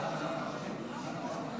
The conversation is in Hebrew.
סיבוב ראשון.